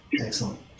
Excellent